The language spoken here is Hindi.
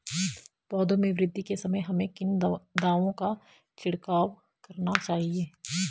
पौधों में वृद्धि के समय हमें किन दावों का छिड़काव करना चाहिए?